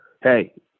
hey